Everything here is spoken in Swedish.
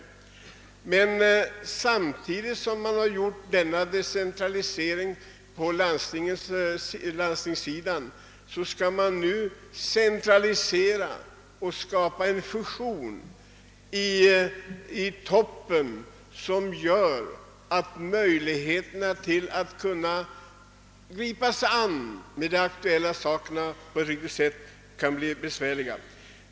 Efter att ha decentraliserat på landstingssidan skall man nu centralisera och göra en fusion i toppen, som medför att det kan bli besvärligt att gripa sig an med aktuella problem.